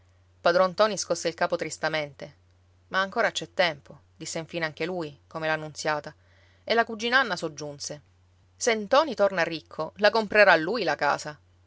padron ntoni scosse il capo tristamente ma ancora c'è tempo disse infine anche lui come la nunziata e la cugina anna soggiunse se ntoni torna ricco la comprerà lui la casa